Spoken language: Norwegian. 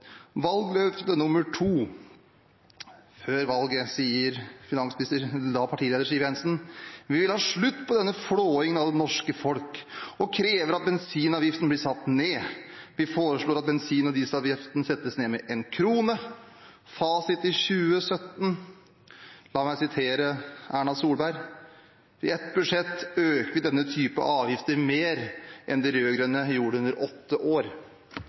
Valgløfte nr. 2: Før valget sa finansminister, daværende partileder, Siv Jensen: Vi vil ha slutt på denne flåingen av det norske folk og krever at bensinavgiften blir satt ned. Vi foreslår at bensin- og dieselavgiften settes ned med en krone. Fasit i 2017, la meg referere til Erna Solberg: På ett budsjett økte vi denne typen avgifter mer enn de rød-grønne gjorde på åtte år.